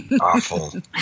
Awful